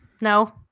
no